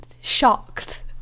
Shocked